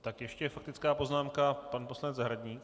Tak ještě je faktická poznámka, pan poslanec Zahradník.